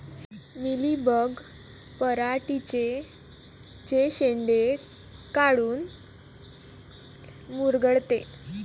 Mealybug पराटीचे चे शेंडे काऊन मुरगळते?